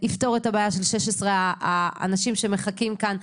יפתור את הבעיה של 16 האנשים שמחכים כאן.